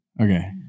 Okay